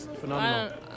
phenomenal